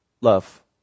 Love